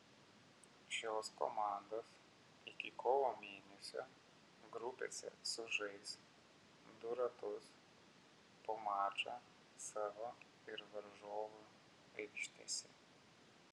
šios komandos iki kovo mėnesio grupėse sužais du ratus po mačą savo ir varžovų aikštėse